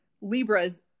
Libras